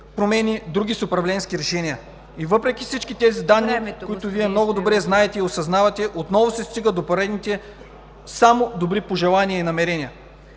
промени, други – с управленски решения. Въпреки всички тези данни, които много добре знаете и осъзнавате, отново се стига до поредните само добри пожелания и намерения.